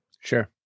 Sure